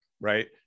Right